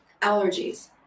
allergies